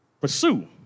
pursue